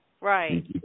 right